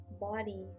body